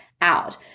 out